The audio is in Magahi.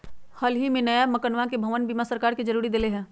हल ही में नया मकनवा के भवन बीमा सरकार ने जरुरी कर देले है